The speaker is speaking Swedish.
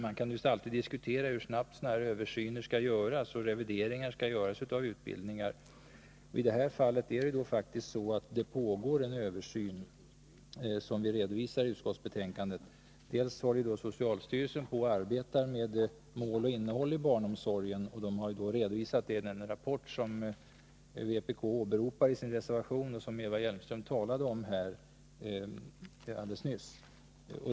Man kan ju alltid diskutera hur snabbt sådana här översyner och revideringar skall göras av utbildningar. I det här fallet pågår det en översyn som redovisats i utskottsbetänkandet. Socialstyrelsen håller på att arbeta med mål och innehåll när det gäller barnomsorgen, och detta finns redovisat i den rapport som vpk åberopar i sin reservation och som Eva Hjelmström talade om alldeles nyss.